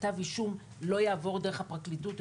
כתב אישום לא יעברו דרך הפרקליטות,